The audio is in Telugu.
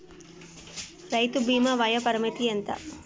రైతు బీమా వయోపరిమితి ఎంత?